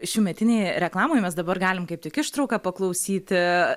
šiųmetinėj reklamoj mes dabar galim kaip tik ištrauką paklausyti